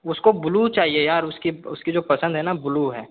उसको ब्लू चाहिए यार उसकी उसकी जो पसंद है ना ब्लू है